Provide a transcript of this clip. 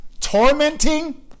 Tormenting